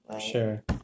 sure